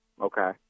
Okay